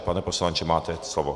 Pane poslanče, máte slovo.